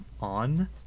on